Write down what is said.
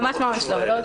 תודה.